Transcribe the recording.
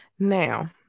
Now